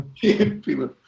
People